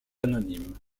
anonyme